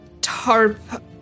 tarp